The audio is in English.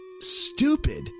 stupid